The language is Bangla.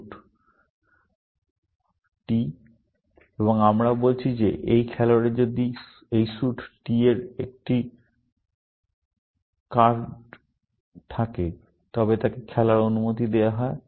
সুতরাং আমরা এখন বলছি যে এই খেলোয়াড়ের যদি এই স্যুট t এর একটি কার্ড থাকে তবে তাকে খেলার অনুমতি দেওয়া হয়